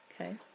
Okay